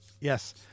Yes